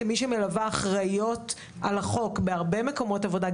כמי שמלווה אחראיות על החוק בהרבה מקומות עבודה,